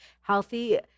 Healthy